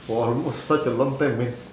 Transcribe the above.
for almost such a long time man